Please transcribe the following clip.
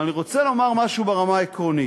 אבל אני רוצה לומר משהו ברמה העקרונית.